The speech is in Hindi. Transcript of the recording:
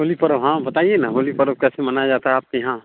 होली पर्व हाँ बताइए ना होली पर्व कैसे मनाया जाता है आपके यहाँ